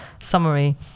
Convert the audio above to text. summary